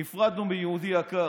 נפרדנו מיהודי יקר,